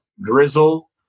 drizzle